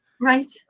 Right